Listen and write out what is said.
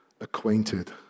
acquainted